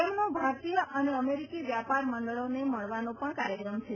તેમનો ભારતીય અને અમેરિકી વ્યાપાર મંડળોને મળવાનો પણ કાર્યક્રમ છે